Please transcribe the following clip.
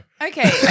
Okay